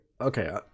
okay